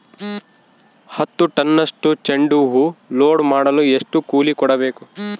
ಹತ್ತು ಟನ್ನಷ್ಟು ಚೆಂಡುಹೂ ಲೋಡ್ ಮಾಡಲು ಎಷ್ಟು ಕೂಲಿ ಕೊಡಬೇಕು?